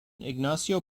ignacio